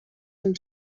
and